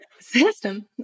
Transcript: System